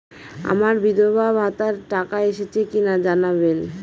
আমার বিধবাভাতার টাকা এসেছে কিনা জানাবেন?